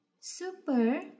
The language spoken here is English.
Super